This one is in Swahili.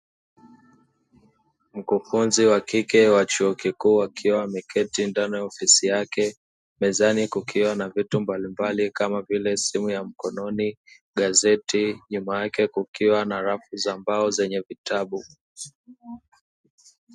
Mkufunzi wa kike wa chuo kikuu akiwa ameketi ndani ya ofisi yake, mezani kukiwa na vitu mbalimbali kama vile simu ya mkononi, gazeti. Nyuma yake kukiwa na rafu za mbao zenye vitabu.